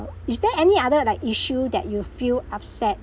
is there any other like issue that you feel upset